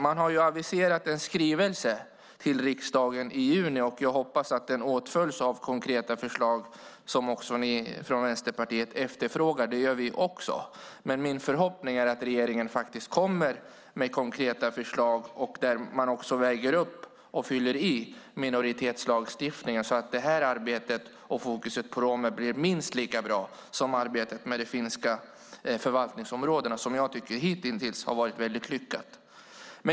Man har aviserat om en skrivelse till riksdagen i juni. Jag hoppas att den åtföljs av konkreta förslag, vilket både Vänsterpartiet och vi efterfrågar. Min förhoppning är att regeringen kommer med konkreta förslag där man väger upp och fyller i minoritetslagstiftningen så att fokuset på och arbetet med romerna blir minst lika bra som arbetet med de finska förvaltningsområdena, som hittills varit lyckat.